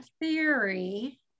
theory